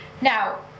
Now